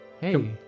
hey